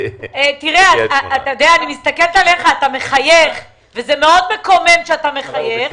אתה מחייך וזה מאוד מקומם שאתה מחייך.